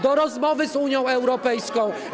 Do rozmów z Unią Europejską.